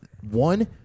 One